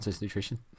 nutrition